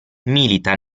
milita